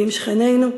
ועם שכנינו.